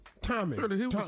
Tommy